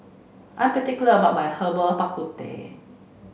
I'm particular about my Herbal Bak Ku Teh